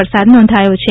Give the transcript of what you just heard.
વરસાદ નોંધાયો છે